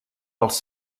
pels